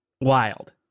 Wild